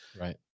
Right